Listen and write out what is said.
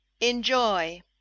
enjoy